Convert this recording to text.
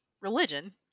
religion